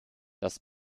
das